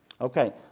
Okay